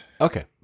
Okay